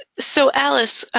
so alice,